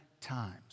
times